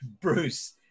Bruce